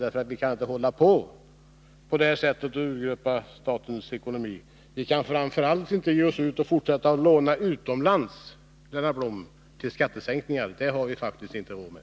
Man kan inte fortsätta med att på detta sätt urgröpa statens ekonomi. Framför allt kan vi inte fortsätta att låna utomlands till skattesänkningar, Lennart Blom. Det har vi faktiskt inte råd med.